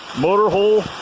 motor hole